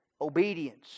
obedience